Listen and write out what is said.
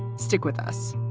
stick with us